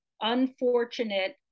unfortunate